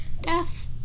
death